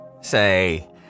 Say